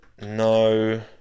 no